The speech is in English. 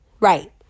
Right